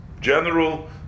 general